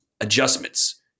adjustments